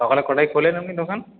সকালে কটায় খোলেন আপনি দোকান